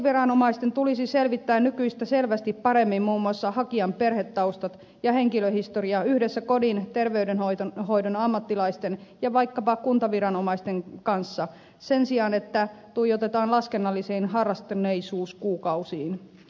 poliisiviranomaisten tulisi selvittää nykyistä selvästi paremmin muun muassa hakijan perhetaustat ja henkilöhistoria yhdessä kodin terveydenhoidon ammattilaisten ja vaikkapa kuntaviranomaisten kanssa sen sijaan että tuijotetaan laskennallisiin harrastuneisuuskuukausiin